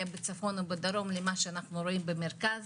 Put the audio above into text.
בצפון ובדרום למה שאנחנו רואים במרכז,